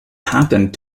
happened